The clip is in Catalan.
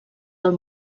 del